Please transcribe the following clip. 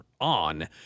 on